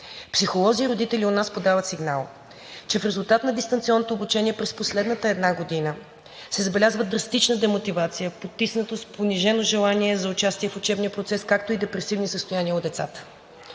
Психолози и родители у нас подават сигнал, че в резултат на дистанционното обучение през последната една година се забелязва драстична демотивация, потиснатост, понижено желание за участие в учебния процес, както и депресивни състояния у децата.